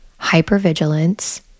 hypervigilance